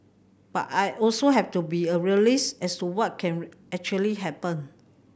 but I also have to be a realist as to what can actually happen